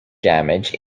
damage